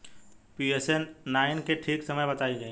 Pusa nine के ठीक समय बताई जाई?